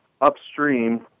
upstream